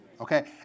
Okay